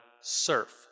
surf